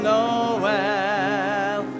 Noel